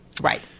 Right